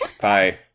bye